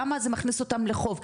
למה זה מכניס אותם לחוב?